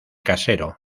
casero